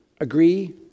agree